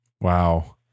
Wow